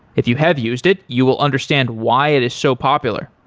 if you have used it, you will understand why it is so popular.